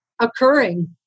occurring